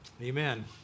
Amen